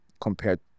compared